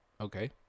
Okay